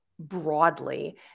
broadly